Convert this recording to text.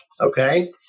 Okay